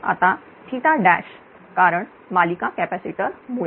आता कारण मालिका कॅपॅसिटर मुळे